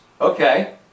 Okay